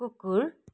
कुकुर